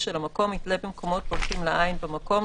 יתלה במקומות בולטים לעין במקום,